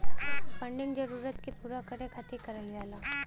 funding जरूरत के पूरा करे खातिर करल जाला